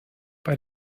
bei